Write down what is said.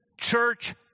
church